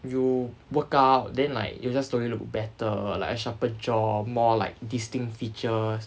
you work out then slowly look better like a sharper jaw more like distinct features